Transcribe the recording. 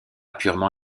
purement